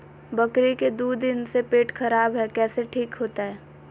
बकरी के दू दिन से पेट खराब है, कैसे ठीक होतैय?